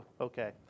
Okay